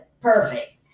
perfect